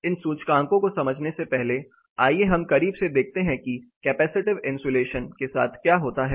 इन सूचकांकों को समझने से पहले आइए हम करीब से देखते हैं कि कैपेसिटिव इंसुलेशन के साथ क्या होता है